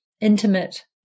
intimate